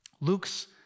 Luke's